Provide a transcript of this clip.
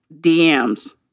DMs